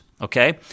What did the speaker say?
okay